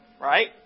Right